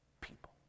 people